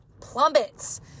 plummets